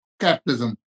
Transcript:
capitalism